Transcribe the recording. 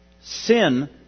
sin